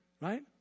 right